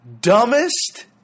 dumbest